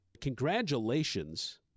Congratulations